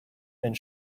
and